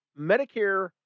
Medicare